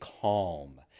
calm